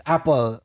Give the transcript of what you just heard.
Apple